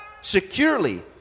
securely